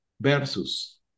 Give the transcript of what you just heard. Versus